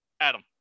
Adam